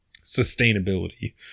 Sustainability